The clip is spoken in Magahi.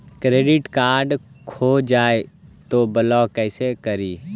क्रेडिट कार्ड खो जाए तो ब्लॉक कैसे करी?